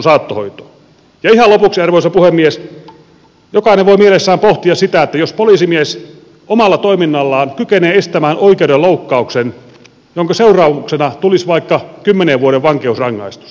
ihan lopuksi arvoisa puhemies jokainen voi mielessään pohtia sitä jos poliisimies omalla toiminnallaan kykenee estämään oikeudenloukkauksen jonka seurauksena tulisi vaikka kymmenen vuoden vankeusrangaistus